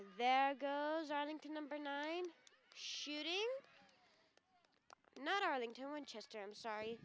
there goes arlington number nine shooting not arlington winchester i'm sorry